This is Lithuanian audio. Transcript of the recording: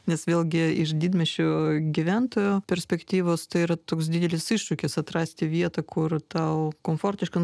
nes vėlgi iš didmiesčio gyventojo perspektyvos tai yra toks didelis iššūkis atrasti vietą kur tau komfortiška